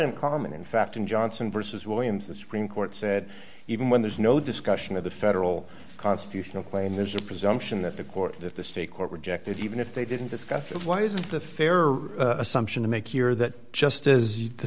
uncommon in fact in johnson versus williams the supreme court said even when there's no discussion of the federal constitutional claim there's a presumption that the court that the state court rejected even if they didn't discuss why isn't the fair assumption to make here that just as the